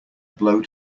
blow